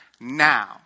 now